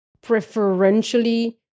preferentially